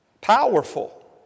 Powerful